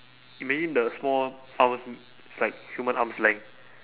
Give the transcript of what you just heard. imagine the small arms it's like human arms length